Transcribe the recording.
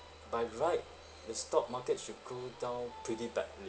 by right the stock market should go down pretty badly